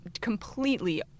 completely